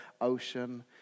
ocean